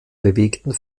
bewegten